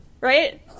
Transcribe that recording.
right